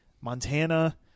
montana